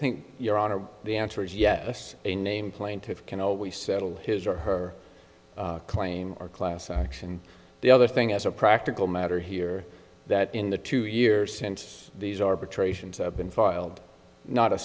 think your honor the answer is yes a name plaintiff can always settle his or her claim or class action and the other thing as a practical matter here that in the two years since these arbitrations have been filed not a